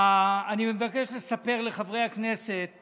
אני מבקש לספר לחברי הכנסת